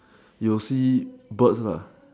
you will see birds lah